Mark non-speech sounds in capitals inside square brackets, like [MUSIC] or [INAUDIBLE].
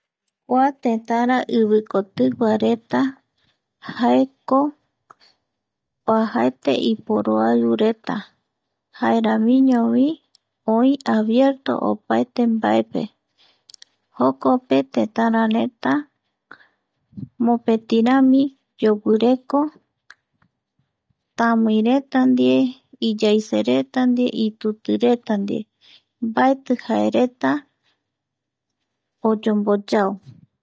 Kua tëtara [NOISE] ivikotiguareta [NOISE] jaeko oajaete iporoauiretaV jaeramiñovi [NOISE] oï abierto opaete mbaepe Vjokope [NOISE] tëtärareta mopetirami yoguireko (pausa)tamiireta ndie [NOISE] iyaisereta ndie itutireta ndie mbaeti jaereta (pausa)oyomboyao